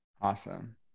Awesome